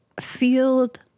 Field